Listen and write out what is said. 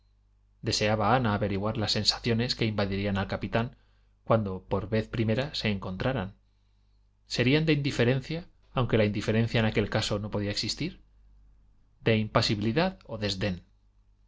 deseaba ana averiguar las sensaciones que invadirían al capitán cuando por vez primera se encontraran serían de indiferencia aunque la indiferencia en aquel caso no podía existir de impasibilidad o desdén